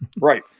Right